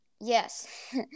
Yes